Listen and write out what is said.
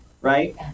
right